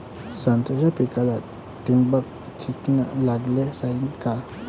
संत्र्याच्या पिकाले थिंबक सिंचन चांगलं रायीन का?